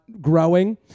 growing